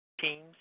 teams